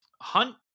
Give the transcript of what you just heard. hunt